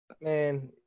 man